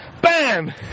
BAM